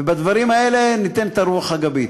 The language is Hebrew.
ובדברים האלה ניתן את הרוח הגבית.